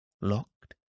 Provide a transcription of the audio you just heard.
locked